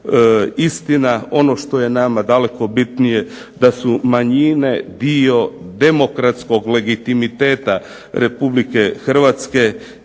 istina, ono što je nama daleko bitnije da su manjine dio demokratskog legitimiteta Republike Hrvatske